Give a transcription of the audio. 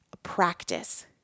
Practice